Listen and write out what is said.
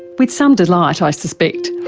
with some delight i suspect.